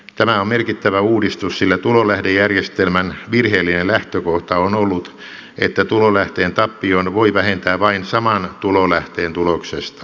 tämä on merkittävä uudistus sillä tulolähdejärjestelmän virheellinen lähtökohta on ollut että tulolähteen tappion voi vähentää vain saman tulolähteen tuloksesta